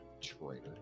Traitor